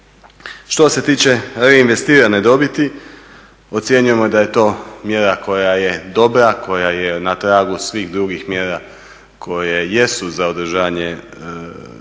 Što se tiče reinvestirane dobiti ocjenjujemo da je to mjera koja je dobra, koja je na tragu svih drugih mjera koje jesu za održanje živosti